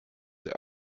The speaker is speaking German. der